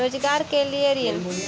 रोजगार के लिए ऋण?